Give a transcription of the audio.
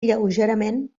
lleugerament